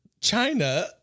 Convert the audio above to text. China